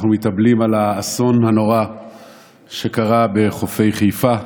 אנחנו מתאבלים על האסון הנורא שקרה בחופי חיפה.